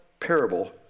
parable